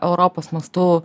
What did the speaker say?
europos mastu